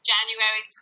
January